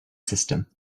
system